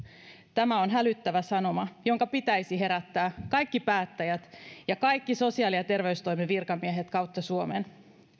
tämä on hälyttävä sanoma jonka pitäisi herättää kaikki päättäjät ja kaikki sosiaali ja terveystoimen virkamiehet kautta suomen